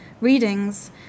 readings